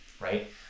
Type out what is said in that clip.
right